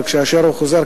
כאשר הוא חוזר,